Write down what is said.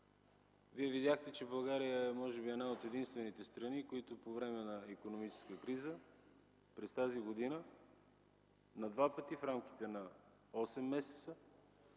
видяхте, че България е може би единствената страна, която по време на икономическа криза, през тази година на два пъти в рамките на осем месеца